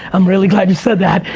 i'm really glad you said that.